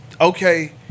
okay